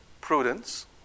prudence